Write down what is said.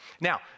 Now